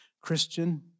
Christian